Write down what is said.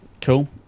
Cool